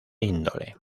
índole